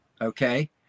okay